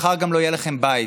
מחר גם לא יהיה לכם בית.